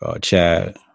Chad